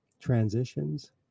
transitions